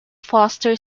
foster